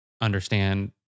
understand